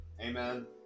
Amen